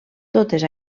totes